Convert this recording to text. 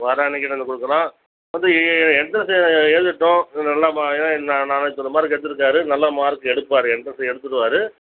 வர அன்னைக்கு எடுத்துகிட்டு வந்து கொடுக்கலாம் வந்து எ எண்ட்ரன்ஸ்ஸு எழுதட்டும் நல்லா மா ஏன்னா நான் நானூற்றி தொண்ணூறு மார்க் எடுத்துருக்கார் நல்ல மார்க் எடுப்பார் எண்ட்ரன்ஸில் எடுத்துருவார்